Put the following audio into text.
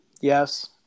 Yes